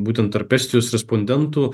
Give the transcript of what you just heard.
būtent tarp estijos respondentų